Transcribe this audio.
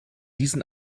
diesen